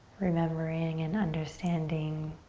remembering and understanding